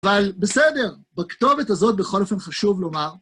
אבל בסדר, בכתובת הזאת בכל אופן חשוב לומר